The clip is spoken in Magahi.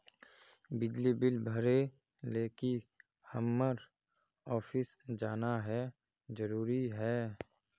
बिजली बिल भरे ले की हम्मर ऑफिस जाना है जरूरी है?